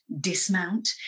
dismount